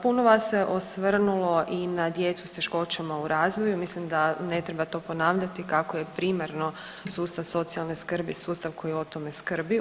Puno vas se osvrnulo i na djecu s teškoćama u razvoju, mislim da ne treba to ponavljati kako je primarno sustav socijalne skrbi sustav koji o tome skrbi.